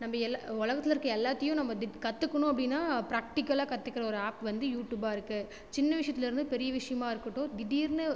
நம்ப எல்லா உலகத்தில் இருக்க எல்லாத்தையும் நம்ப டி கற்றுக்கணும் அப்படினா ப்ராக்டிக்கலாம் கற்றுக்குற ஒரு ஆப் வந்து யூட்டுபாக இருக்கு சின்ன விஷயத்துலருந்து பெரிய விஷியமாக இருக்கட்டும் திடீர்னு